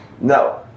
no